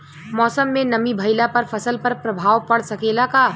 मौसम में नमी भइला पर फसल पर प्रभाव पड़ सकेला का?